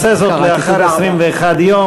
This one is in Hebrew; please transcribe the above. נעשה זאת לאחר 21 יום,